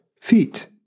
feet